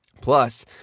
Plus